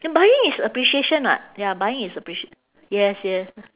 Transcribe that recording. buying is appreciation [what] ya buying is appreci~ yes yes